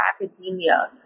academia